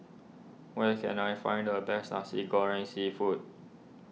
where can I find the best Nasi Goreng Seafood